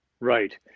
Right